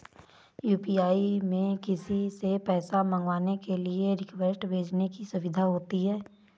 UPI में किसी से पैसा मंगवाने के लिए रिक्वेस्ट भेजने की सुविधा होती है